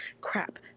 crap